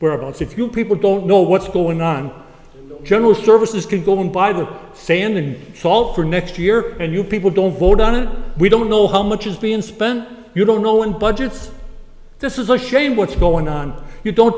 whereabouts if you people don't know what's going on general services can go and buy the sand and salt for next year and you people don't vote on it we don't know how much is being spent you don't know when budgets this is a shame what's going on you don't